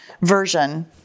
version